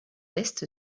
est